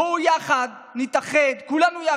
בואו יחד נתאחד כולנו,